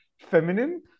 feminine